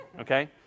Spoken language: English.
okay